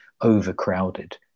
overcrowded